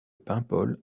paimpol